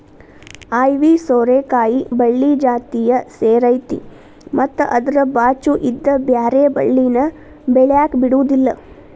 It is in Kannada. ಐವಿ ಸೋರೆಕಾಯಿ ಬಳ್ಳಿ ಜಾತಿಯ ಸೇರೈತಿ ಮತ್ತ ಅದ್ರ ಬಾಚು ಇದ್ದ ಬ್ಯಾರೆ ಬಳ್ಳಿನ ಬೆಳ್ಯಾಕ ಬಿಡುದಿಲ್ಲಾ